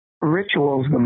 rituals